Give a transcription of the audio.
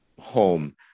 Home